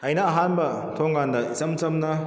ꯑꯩꯅ ꯑꯍꯥꯟꯕ ꯊꯣꯡꯕ ꯀꯥꯟꯗ ꯏꯆꯝ ꯆꯝꯅ